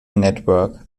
network